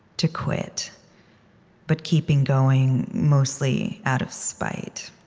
to quit but keeping going mostly out of spite.